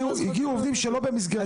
הגיעו עובדים שלא במסגרת --- הבנתי.